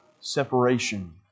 separation